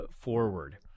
forward